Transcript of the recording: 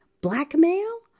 Blackmail